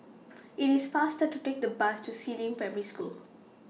IT IS faster to Take The Bus to Si Ling Primary School